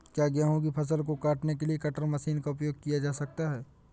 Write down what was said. क्या गेहूँ की फसल को काटने के लिए कटर मशीन का उपयोग किया जा सकता है?